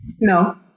No